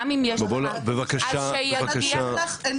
גם אם יש לך --- אבל המידע שלך אינו